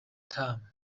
term